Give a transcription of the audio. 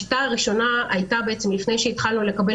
השיטה הראשונה הייתה לפני שהתחלנו לקבל